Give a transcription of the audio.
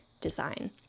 design